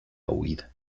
huida